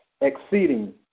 exceeding